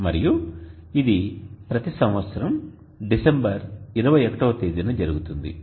మరియు ఇది ప్రతి సంవత్సరం డిసెంబర్ 21 వ తేదీన జరుగుతుంది